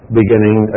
beginning